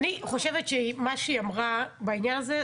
אני חושבת שמה שהיא אמרה בעניין הזה,